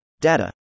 Data